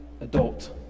adult